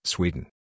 Sweden